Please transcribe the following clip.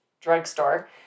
drugstore